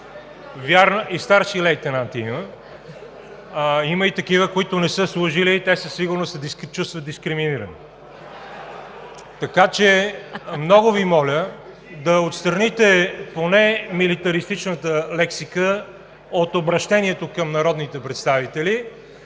запаса и старши лейтенанти, и такива, които не са служили и със сигурност се чувстват дискриминирани. (Смях, оживление.) Така че, много Ви моля да отстраните поне милитаристичната лексика от обръщението към народните представители,